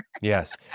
Yes